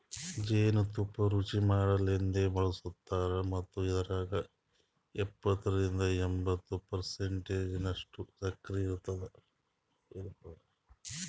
ಜೇನು ತುಪ್ಪ ರುಚಿಮಾಡಸಲೆಂದ್ ಬಳಸ್ತಾರ್ ಮತ್ತ ಇದ್ರಾಗ ಎಪ್ಪತ್ತರಿಂದ ಎಂಬತ್ತು ಪರ್ಸೆಂಟನಷ್ಟು ಸಕ್ಕರಿ ಇರ್ತುದ